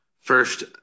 first